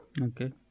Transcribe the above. Okay